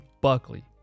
buckley